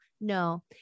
no